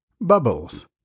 bubbles